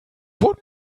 von